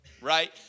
right